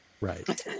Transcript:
right